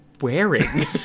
wearing